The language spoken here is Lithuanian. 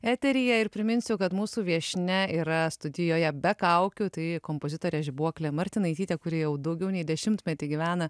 eteryje ir priminsiu kad mūsų viešnia yra studijoje be kaukių tai kompozitorė žibuoklė martinaitytė kuri jau daugiau nei dešimtmetį gyvena